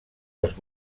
els